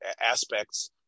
aspects